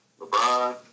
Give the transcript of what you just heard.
LeBron